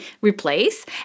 replace